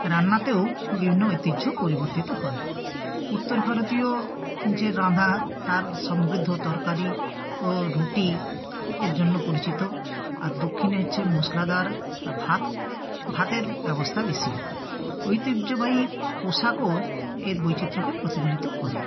রান্নাতেও বিভিন্ন ঐতিহ্য পরিবর্তিত হয় উত্তর ভারতীয় যে রাঁধা তার সমৃদ্ধ তরকারি ও রুটি এর জন্য পরিচিত আর দক্ষিণে হচ্ছে মশলাদার ভাত ভাতের ব্যবস্থা বেশি ঐতিহ্যবাহী পোশাকও এর বৈচিত্র্যকে প্রতিফলিত করে